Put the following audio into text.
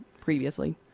previously